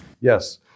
Yes